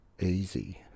easy